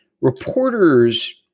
Reporters